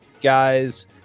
guys